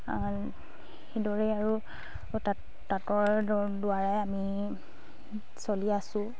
সেইদৰেই আৰু তাঁত তাঁতৰ দ্বাৰাই আমি চলি আছোঁ